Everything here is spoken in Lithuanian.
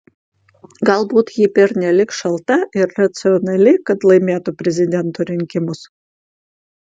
galbūt ji pernelyg šalta ir racionali kad laimėtų prezidento rinkimus